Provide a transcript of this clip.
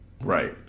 Right